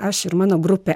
aš ir mano grupė